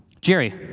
Jerry